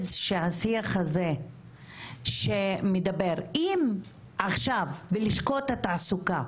שהשיח הזה שמדבר, אם עכשיו בלשכות התעסוקה,